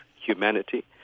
humanity